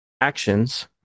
actions